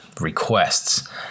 requests